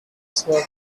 sword